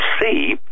see